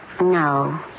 No